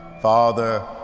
Father